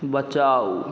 बचाउ